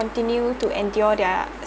continue to endure their